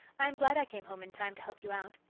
i am glad i came home in time to help you out.